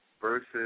versus